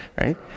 right